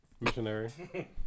Missionary